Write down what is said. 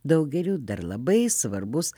daugeliui dar labai svarbus